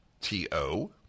T-O